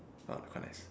!wah! quite nice